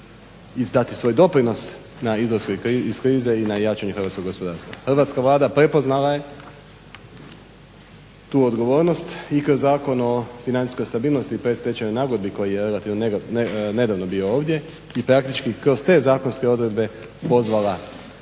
i dati svoj doprinos na izlasku iz krize i na jačanje hrvatskog gospodarstva. Hrvatska vlada prepoznala je tu odgovornost i kroz Zakon o financijskoj stabilnosti i predstečajnoj nagodbi koji je relativno nedavno bio ovdje i praktički kroz te zakonske odredbe pozvala